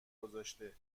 گذاشته